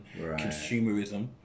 consumerism